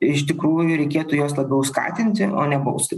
iš tikrųjų reikėtų juos labiau skatinti o ne bausti